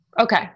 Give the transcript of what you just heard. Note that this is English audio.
Okay